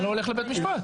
אתה לא הולך לבית המשפט.